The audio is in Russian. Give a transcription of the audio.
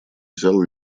взял